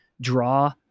draw